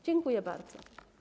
Dziękuję bardzo.